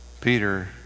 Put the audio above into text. Peter